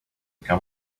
come